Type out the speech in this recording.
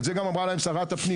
את זה גם אמרה להם שרת הפנים.